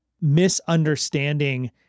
misunderstanding